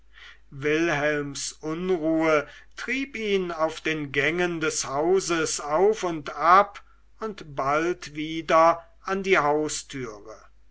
wilhelms unruhe trieb ihn auf den gängen des hauses auf und ab und bald wieder an die haustüre